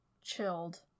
chilled